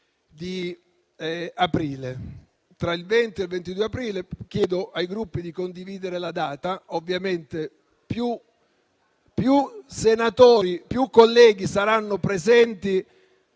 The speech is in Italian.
22 aprile, tra il 20 e il 22 aprile. Chiedo ai Gruppi di condividere la data; ovviamente più colleghi saranno presenti,